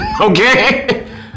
okay